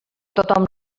tothom